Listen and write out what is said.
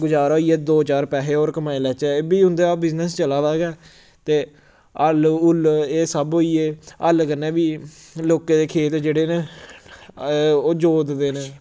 गुजारा होई जा दो चार पैहे होर कमाई लैचे एह् बी उं'दा बिजनस चला दा गै ते हल हुल एह् सब्भ होई गे हल कन्नै बी लोकें दे खेत जेह्ड़े न ओह् जोतदे न